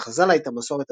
שלחז"ל הייתה מסורת,